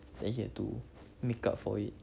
then he have to make up for it